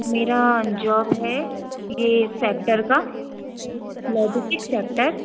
मेरा जॉब है ये सेक्टर का लेगसी सेक्टर